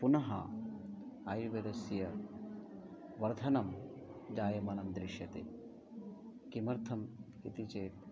पुनः आयुर्वेदस्य वर्धनं जायमानं दृश्यते किमर्थम् इति चेत्